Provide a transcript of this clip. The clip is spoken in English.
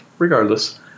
Regardless